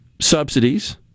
subsidies